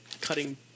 cutting